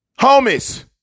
Homies